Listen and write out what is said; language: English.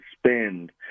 spend